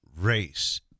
race